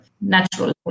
natural